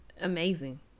amazing